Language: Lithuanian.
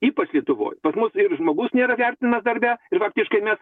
ypač lietuvoj pas mus ir žmogus nėra vertinamas darbe ir faktiškai mes